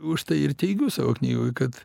užtai ir teigiu savo knygoj kad